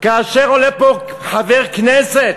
כאשר עולה פה חבר כנסת